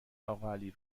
اقاعلی